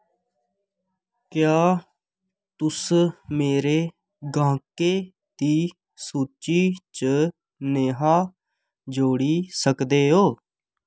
क्या तुस मेरे गाह्कें दी सूची च नेहा जोड़ी सकदे ओ